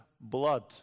blood